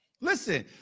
Listen